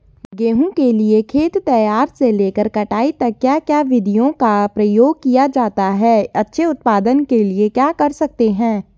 गेहूँ के लिए खेत तैयार से लेकर कटाई तक क्या क्या विधियों का प्रयोग किया जाता है अच्छे उत्पादन के लिए क्या कर सकते हैं?